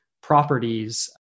properties